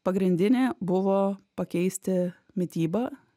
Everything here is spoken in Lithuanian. pagrindinė buvo pakeisti mitybą